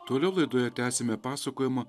toliau laidoje tęsiame pasakojimą